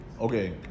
Okay